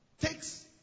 takes